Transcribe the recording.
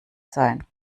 sein